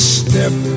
step